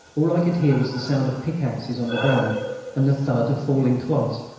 all i could hear was the sound of pickaxes on the ground and the thud of falling clods.